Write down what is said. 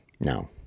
no